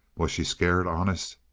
was she scared, honest?